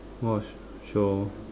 watch show